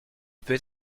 peut